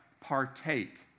Partake